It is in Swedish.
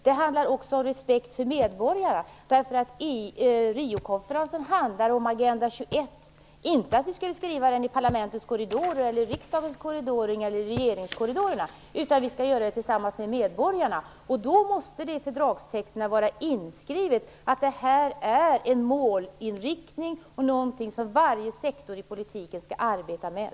Det handlar också om respekt för medborgarna, därför att Riokonferensen handlade om Agenda 21, men inte om att vi skulle skriva den i parlamentets korridorer, i riksdagens korridorer eller i regeringskorridorerna, utan om att vi skulle göra det tillsammans med medborgarna. Då måste det i fördragstexterna vara inskrivet att det här är en målinriktning och någonting som varje sektor i politiken skall arbeta med.